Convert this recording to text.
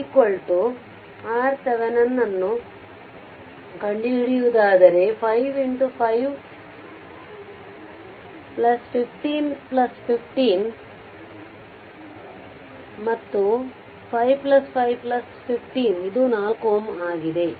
Req R Thevenin ಅನ್ನು ಕಂಡುಹಿಡಿಯುವುದಾದರೆ ಅದು 5 5 15 5 ಮತ್ತು 5 5 15 ಇದು 4Ω ಆಗಿದೆ